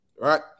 Right